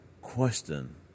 question